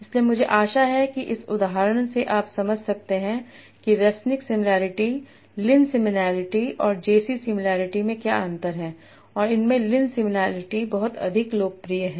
इसलिए मुझे आशा है कि इस उदाहरण से आप समझ सकते हैं कि रेसनिक सिमिलॅरिटी लिन सिमिलॅरिटी और जे सी सिमिलॅरिटी में क्या अंतर है और इनमें लिन सिमिलॅरिटी बहुत बहुत लोकप्रिय है